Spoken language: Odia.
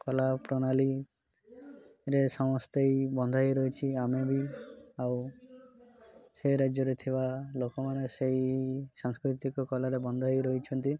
କଳାପ୍ରଣାଳୀରେ ସମସ୍ତେ ବନ୍ଧ ହେଇ ରହିଛି ଆମେ ବି ଆଉ ସେଇ ରାଜ୍ୟରେ ଥିବା ଲୋକମାନେ ସେଇ ସାଂସ୍କୃତିକ କଳାରେ ବନ୍ଧ ହେଇ ରହିଛନ୍ତି